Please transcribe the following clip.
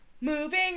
Moving